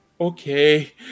Okay